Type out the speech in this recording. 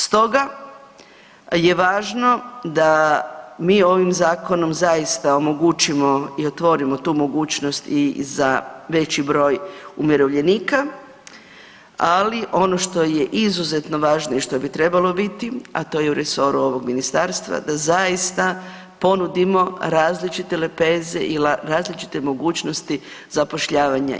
Stoga je važno da mi ovim zakonom zaista omogućimo i otvorimo tu mogućnost i za veći broj umirovljenika, ali ono što je izuzetno važno i što bi trebalo biti, a to je u resoru ovog Ministarstva da zaista ponudimo različite lepeze i različite mogućnosti zapošljavanja.